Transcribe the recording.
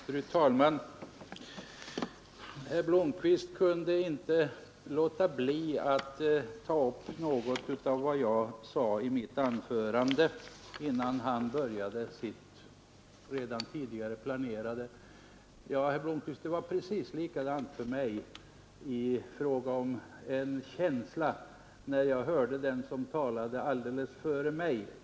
Fru talman! Herr Blomkvist kunde inte låta bli att — innan han gick in på det han hade planerat att säga — ta upp något av vad jag sade i mitt anförande. Jag fick precis samma impuls att gå i polemik när jag lyssnade på den talare som hade ordet före mig.